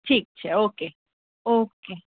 ઠીક છે okay okay